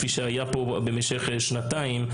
כפי שהיה פה במשך שנתיים,